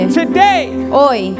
today